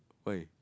why